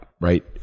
right